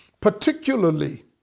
particularly